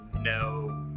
no-